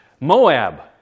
Moab